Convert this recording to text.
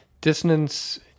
dissonance